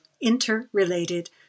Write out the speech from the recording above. interrelated